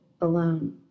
alone